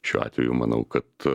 šiuo atveju manau kad